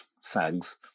sags